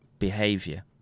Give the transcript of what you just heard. behavior